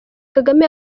kagame